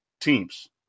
teams